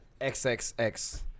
XXX